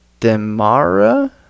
demara